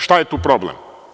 Šta je tu problem?